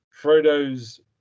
Frodo's